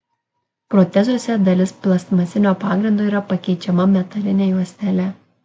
protezuose dalis plastmasinio pagrindo yra pakeičiama metaline juostele